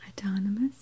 Autonomous